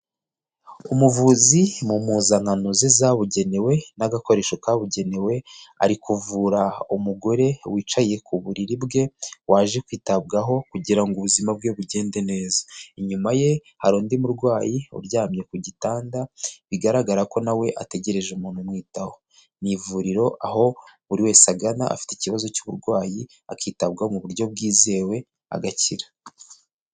Umuvuzi mu mpuzankano ze zabugenewe n'agakoresho kabugenewe ari kuvura umugore wicaye ku buriri bwe waje kwitabwaho kugira ngo ubuzima bwe bugende neza. Inyuma ye hari undi murwayi uryamye ku gitanda bigaragara ko nawe ategereje umuntu umwitaho. Ni ivuriro aho buri wese agana afite ikibazo cy'uburwayi akitabwa mu buryo bwizewe agakira.